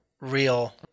real